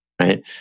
right